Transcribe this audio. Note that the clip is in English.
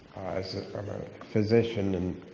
as um a physician and